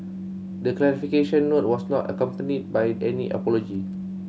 the clarification note was not accompanied by any apology